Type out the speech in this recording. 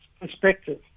perspective